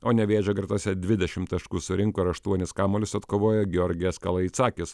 o nevėžio gretose dvidešimt taškų surinko ir aštuonis kamuolius atkovojo georgios kalaitzakis